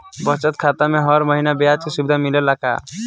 बचत खाता में हर महिना ब्याज के सुविधा मिलेला का?